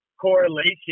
correlation